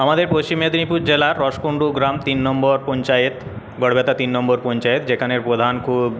আমাদের পশ্চিম মেদিনীপুর জেলা রসকুণ্ডু গ্রাম তিন নম্বর পঞ্চায়েত গড়বেতা তিন নম্বর পঞ্চায়েত যেখানে প্রধান খুব